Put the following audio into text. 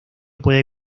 puede